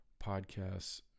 podcasts